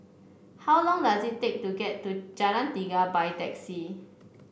how long does it take to get to Jalan Tiga by taxi